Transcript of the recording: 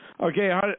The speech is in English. Okay